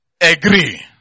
agree